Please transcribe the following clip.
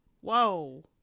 Whoa